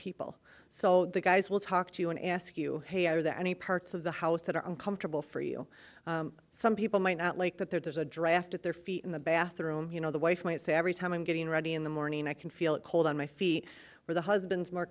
people so the guys will talk to you and ask you to any parts of the house that are uncomfortable for you some people might not like but there's a draft at their feet in the bathroom you know the wife might say every time i'm getting ready in the morning i can feel it cold on my feet or the husband's more